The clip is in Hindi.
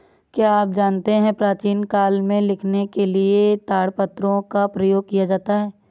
क्या आप जानते है प्राचीन काल में लिखने के लिए ताड़पत्रों का प्रयोग किया जाता था?